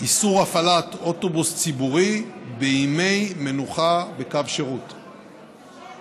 איסור הפעלת אוטובוס ציבורי בקו שירות בימי